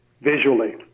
visually